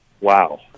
wow